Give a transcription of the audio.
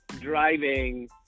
driving